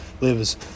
lives